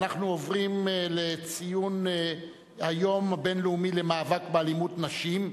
אנחנו עוברים לציון היום הבין-לאומי למאבק באלימות נגד נשים.